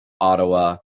Ottawa